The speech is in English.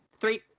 Three